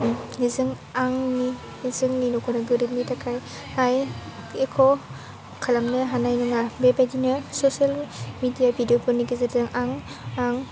बिजों आंनि जोंनि न'खर गोरिबनि थाखाय एख' खालामनो हानाय नङा बेबायदिनो ससियेल मेडिया भिडिअफोरनि गेजेरजों आं